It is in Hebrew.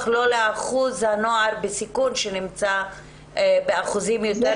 לא לאחוז הנוער בסיכון שנמצא באחוזים יותר גבוהים.